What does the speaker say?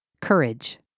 Courage